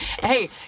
Hey